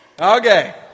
okay